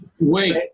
Wait